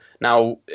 Now